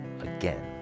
again